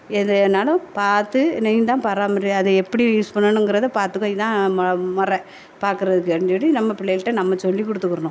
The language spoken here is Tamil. எது வேணாலும் பார்த்து நீ தான் பராமரியாக அதை எப்படி யூஸ் பண்ணணுங்கிறதை பார்த்துக்கோ இதுதான் மொ முற பார்க்கறதுக்கு அப்படின்னு சொல்லி நம்ம பிள்ளையள்ட்ட நம்ம சொல்லிக் கொடுத்துக்கிறணும்